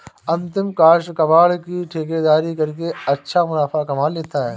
अंकित काष्ठ कबाड़ की ठेकेदारी करके अच्छा मुनाफा कमा लेता है